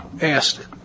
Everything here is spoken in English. asked